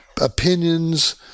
opinions